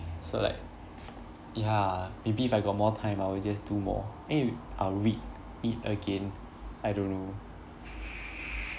so like ya maybe if I got more time I would just do more eh I'll read it again I don't know